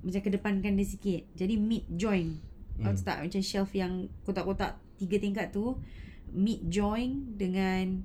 macam depankan dia sikit jadi mid joint awak tahu tak macam shelf yang kotak-kotak tiga tingkat tu mid joint dengan